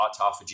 autophagy